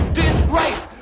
disgrace